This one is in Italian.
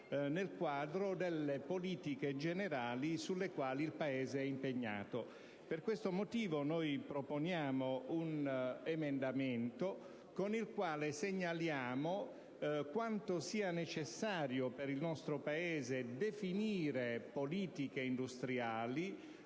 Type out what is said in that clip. nel quadro delle politiche generali su cui il Paese è impegnato. Per tale motivo, proponiamo l'emendamento 7.9, con cui segnaliamo quanto sia necessario per il nostro Paese definire politiche industriali,